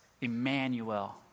Emmanuel